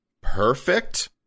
perfect